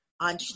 on